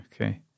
Okay